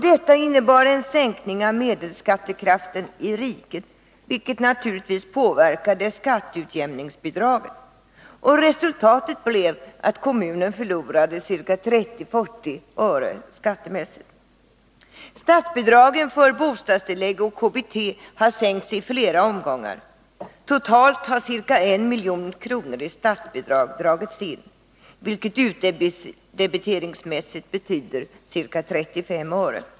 Detta innebar en sänkning av medelskattekraften i riket, vilket naturligtvis påverkade skatteutjämningsbidraget. Resultatet blev att kommunen förlorade 30-40 öre skattemässigt. Statsbidragen för bostadstillägg och kommunalt bostadstillägg, KBT, har sänkts i flera omgångar. Totalt har ca 1 milj.kr. i statsbidrag dragits in, vilket utdebiteringsmässigt betyder ca 35 öre.